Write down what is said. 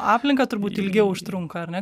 aplinką turbūt ilgiau užtrunka ar ne